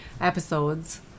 episodes